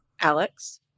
Alex